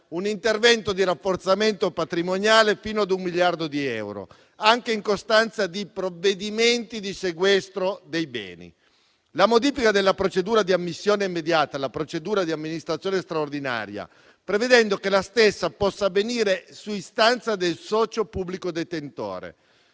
un intervento di rafforzamento patrimoniale, fino ad un miliardo di euro, anche in costanza di provvedimenti di sequestro dei beni. Vi è poi la modifica della procedura di ammissione immediata alla procedura di amministrazione straordinaria, prevedendo che la stessa possa avvenire su istanza del socio, pubblico detentore,